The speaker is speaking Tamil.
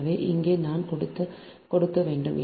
எனவே இங்கே நான் கொடுக்க வேண்டும்